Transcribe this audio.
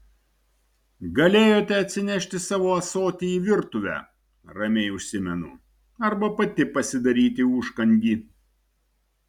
galėjote atsinešti savo ąsotį į virtuvę ramiai užsimenu arba pati pasidaryti užkandį